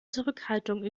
zurückhaltung